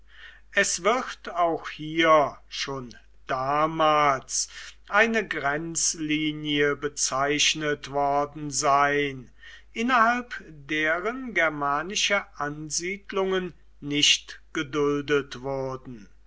es wird auch hier schon damals eine grenzlinie bezeichnet worden sein innerhalb deren germanische ansiedlungen nicht geduldet wurden